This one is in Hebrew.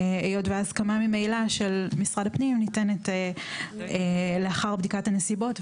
היות שההסכמה ממילא של משרד הפנים ניתנת לאחר בדיקת הנסיבות,